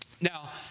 now